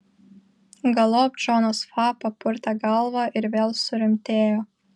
galop džonas fa papurtė galvą ir vėl surimtėjo